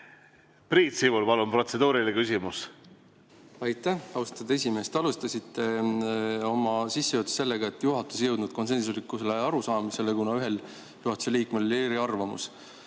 Priit Sibul, palun, protseduuriline küsimus! Aitäh, austatud esimees! Te alustasite oma sissejuhatust sellega, et juhatus ei jõudnud konsensuslikule arusaamisele, kuna ühel juhatuse liikmel oli eriarvamus.